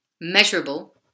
measurable